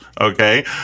okay